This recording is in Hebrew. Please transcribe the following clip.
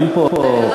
אין פה פינג-פונג.